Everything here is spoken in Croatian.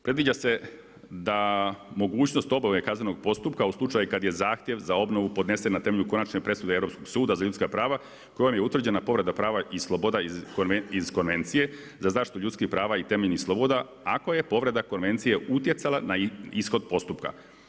Predviđa se da mogućnost … kaznenog postupka u slučaju kada je zahtjev za obnovu podnesen na temelju konačne presude Europskog suda za ljudska prava, kojem je utvrđena povreda prava i sloboda iz Konvencije za zaštitu ljudskih prava i temeljnih sloboda, ako je povreda konvencije utjecala na ishod postupka.